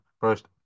first